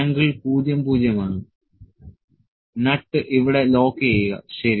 angle 00 ആണ് nut ഇവിടെ lock ചെയ്യുക ശരി